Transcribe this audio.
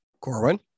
Corwin